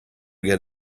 get